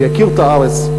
שיכיר את הארץ.